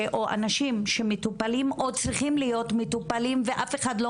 או אנשים שמטופלים או צריכים להיות מטופלים ואף אחד לא